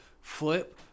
flip